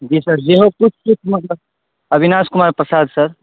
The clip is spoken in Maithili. जी सर जेहो किछु मतलब अविनाश कुमार प्रसाद सर